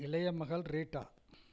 இளைய மகள் ரீட்டா